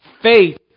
Faith